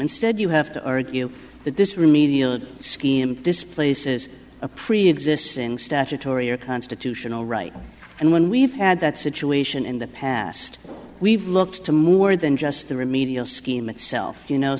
instead you have to argue that this remedial scheme displaces a preexisting statutory or constitutional right and when we've had that situation in the past we've looked to more than just the remedial scheme itself you know